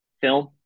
film